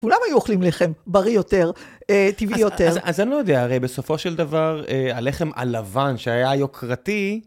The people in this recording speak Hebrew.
כולם היו אוכלים לחם בריא יותר, טבעי יותר. אז אני לא יודע, הרי בסופו של דבר, הלחם הלבן שהיה היוקרתי...